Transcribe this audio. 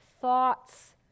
thoughts